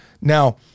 Now